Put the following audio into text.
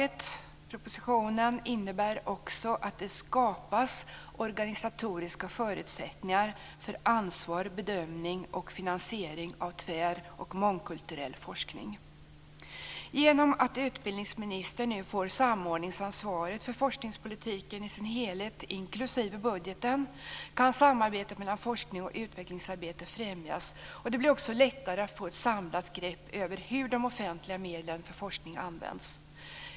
Propositionen innebär också att det skapas organisatoriska förutsättningar för ansvar för och bedömning och finansiering av tvär och mångkulturell forskning. Genom att utbildningsministern nu får samordningsansvaret för forskningspolitiken i dess helhet, inklusive budgeten, kan samarbetet mellan forskning och utvecklingsarbete främjas. Det blir också lättare att få ett samlat grepp över hur de offentliga medlen för forskning används.